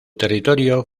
territorio